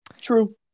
True